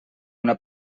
una